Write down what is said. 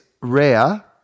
rare